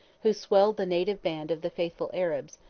who swelled the native band of the faithful arabs,